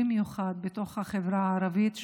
במיוחד בחברה הערבית,